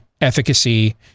efficacy